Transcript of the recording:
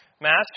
Master